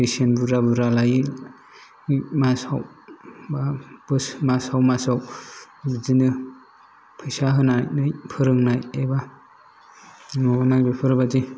बेसेन बुरजा बुरजा लायो मासाव बा बोसोर मासाव मासाव बिदिनो फैसा होनानै फोरोंनाय एबा नङाबा बेफोरबायदि